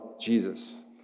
Jesus